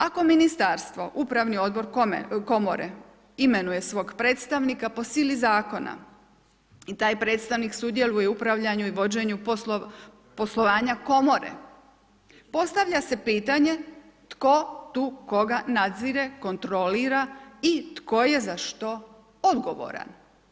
Ako ministarstvo, upravni odbor komore imenuje svog predstavnika po sili zakona, i taj predstavnik sudjeluje u upravljanju i vođenju poslovanja komore, postavlja se pitanje tko tu koga nadzire, kontrolira i tko je za što odgovoran?